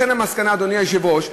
לכן המסקנה, אדוני היושב-ראש,